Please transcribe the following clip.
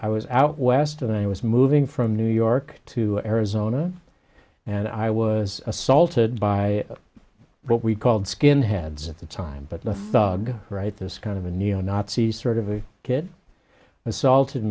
i was out west and i was moving from new york to arizona and i was assaulted by what we called skinheads at the time but the thug right this kind of a neo nazi sort of a kid assaulted